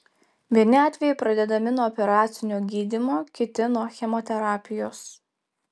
vieni atvejai pradedami nuo operacinio gydymo kiti nuo chemoterapijos